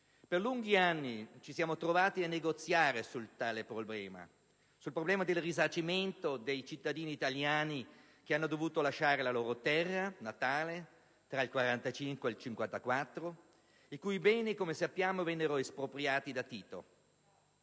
Per lunghi anni ci siamo trovati a negoziare su tale problema, sulla questione del risarcimento dei cittadini italiani che hanno dovuto lasciare la loro terra natale tra il 1945 e il 1954, i cui beni, come sappiamo, vennero espropriati da Tito.